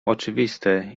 oczywiste